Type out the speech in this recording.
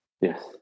Yes